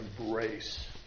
embrace